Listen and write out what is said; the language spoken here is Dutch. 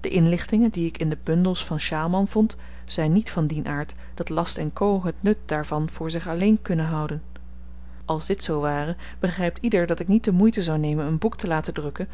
de inlichtingen die ik in de bundels van sjaalman vond zyn niet van dien aard dat last co het nut daarvan voor zich alleen kunnen houden als dit zoo ware begrypt ieder dat ik niet de moeite zou nemen een boek te laten drukken